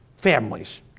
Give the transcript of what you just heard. families